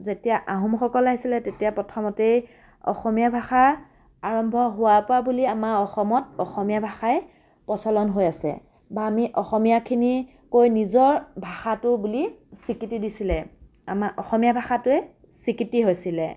যেতিয়া আহোমসকল আহিছিলে তেতিয়া প্ৰথমতেই অসমীয়া ভাষা আৰম্ভ হোৱাৰ পৰা বুলি আমাৰ অসমত অসমীয়া ভাষাই প্ৰচলন হৈ আছে বা আমি অসমীয়াখিনি কৈ নিজৰ ভাষাটো বুলি স্বীকৃতি দিছিলে আমাৰ অসমীয়া ভাষাটোৱে স্বীকৃতি হৈছিলে